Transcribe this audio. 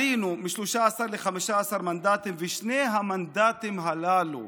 עלינו מ-13 ל-15 מנדטים, ושני המנדטים הללו